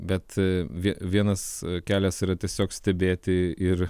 bet vie vienas kelias yra tiesiog stebėti ir